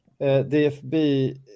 DFB